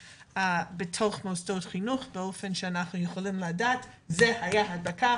בתוך מוסדות החינוך באופן שאנחנו יכולים לדעת בוודאות